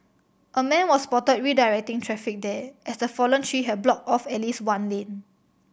a man was spotted redirecting traffic there as the fallen tree had blocked off at least one lane